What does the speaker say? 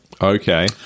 Okay